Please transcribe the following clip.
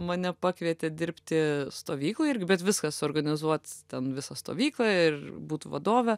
mane pakvietė dirbti stovykloj irgi bet viską suorganizuot ten visą stovyklą ir būt vadove